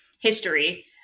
history